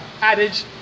adage